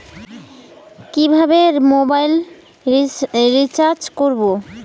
কিভাবে mobile recharge করব?